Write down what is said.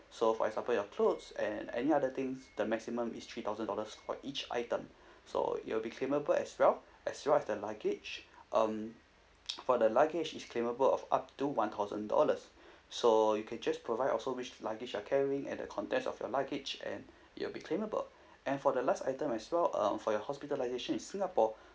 so for example your clothes and any other things the maximum is three thousand dollars for each item so it'll be claimable as well as well as the luggage um for the luggage is claimable of up to one thousand dollars so you can just provide also which luggage you're carrying and the contents of your luggage and it will be claimable and for the last item as well uh for your hospitalisation in singapore